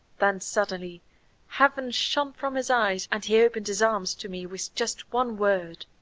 then suddenly heaven shone from his eyes and he opened his arms to me with just one word.